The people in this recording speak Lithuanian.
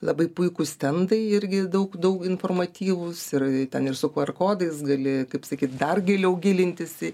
labai puikūs stentai irgi daug daug informatyvūs ir ten ir su ku er kodais gali kaip sakyt dar giliau gilintis į